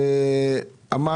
אמר